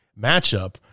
matchup